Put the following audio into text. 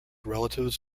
relatives